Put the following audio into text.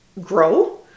grow